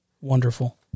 Wonderful